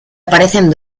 aparecen